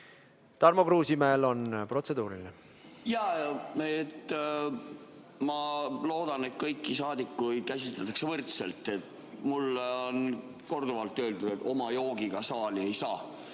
Tarmo Kruusimäel on protseduuriline [küsimus]. Jaa. Ma loodan, et kõiki saadikuid koheldakse võrdselt. Mulle on korduvalt öeldud, et oma joogiga saali ei saa,